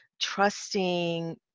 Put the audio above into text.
trusting